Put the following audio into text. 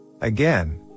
Again